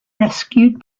rescued